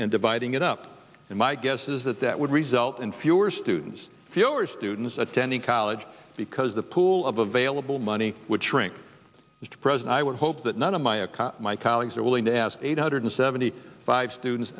and dividing it up and my guess is that that would result in fewer students fewer students attending college because the pool of available money would shrink mr president i would hope that none of my account my colleagues are willing to ask eight hundred seventy five students